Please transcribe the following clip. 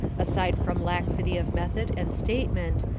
aside from laxity of method and statement,